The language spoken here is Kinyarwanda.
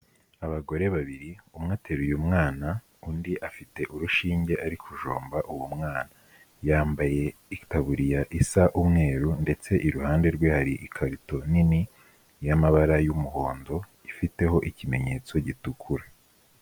Abagore babiri, umwe ateruye mwana undi afite urushinge ari kujomba uwo mwana, yambaye itaburira isa umweru ndetse iruhande rwe hari ikarito nini y'amabara y'umuhondo, ifiteho ikimenyetso gitukura.